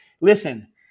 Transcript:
listen